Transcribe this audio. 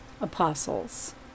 apostles